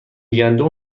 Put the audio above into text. گندم